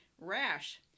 rash